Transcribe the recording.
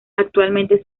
actualmente